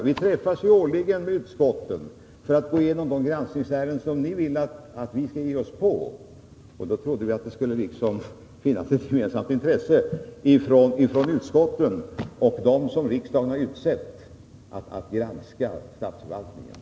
Vi sammanträffar ju årligen med utskotten för att gå igenom de granskningsärenden som ni vill att vi skall ge oss på. Därmed trodde vi att det skulle finnas ett gemensamt intresse hos utskotten och dem som riksdagen har utsett att granska statsförvaltningen.